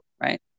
right